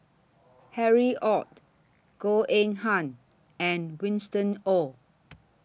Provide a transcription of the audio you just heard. Harry ORD Goh Eng Han and Winston Oh